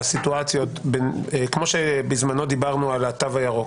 כמו שבזמנו דיברנו על התו הירוק,